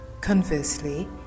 Conversely